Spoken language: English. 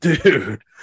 dude